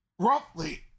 Roughly